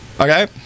Okay